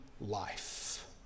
life